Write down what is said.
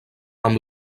amb